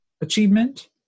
achievement